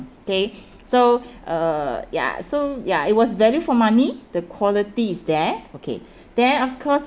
okay so uh ya so ya it was value for money the quality is there okay then of course